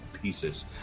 Pieces